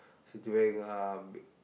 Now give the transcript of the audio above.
Citibank uh b~